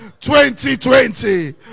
2020